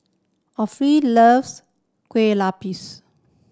loves Kueh Lopes